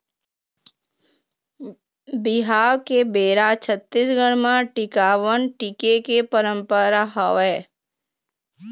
बिहाव के बेरा छत्तीसगढ़ म टिकावन टिके के पंरपरा हवय